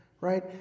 right